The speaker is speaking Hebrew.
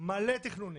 מלא תכנונים,